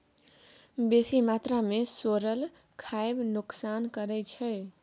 बेसी मात्रा मे सोरल खाएब नोकसान करै छै